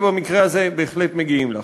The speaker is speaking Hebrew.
ובמקרה הזה הם בהחלט מגיעים לך.